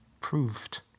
Proved